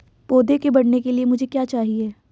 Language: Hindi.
पौधे के बढ़ने के लिए मुझे क्या चाहिए?